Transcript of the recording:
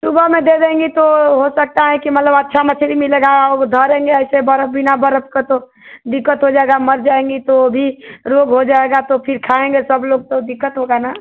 सुबह में दे देंगी तो हो सकता है कि मतलब अच्छा मछली मिलेगा और धरेंगे ऐसे बर्फ बिना बर्फ के तो दिक्कत हो जाएगा मर जाएंगी तो भी रोग हो जाएगा तो फ़िर खाएंगे सब लोग तो दिक्कत होगी ना